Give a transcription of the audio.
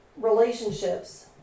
relationships